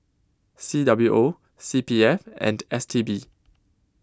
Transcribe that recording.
C W O C P F and S T B